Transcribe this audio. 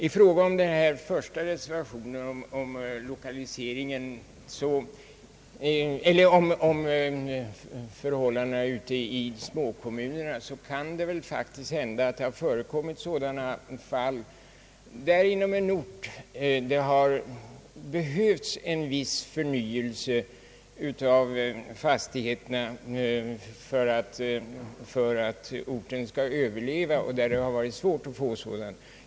I fråga om den första reservationen om förhållandena ute i småkommunerna kan det väl faktiskt tänkas att det förekommit att det inom en ort har behövts viss förnyelse av fastigheterna för att orten skall kunna överleva men att det varit svårt att få tillstånd till en sådan förnyelse.